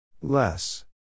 Less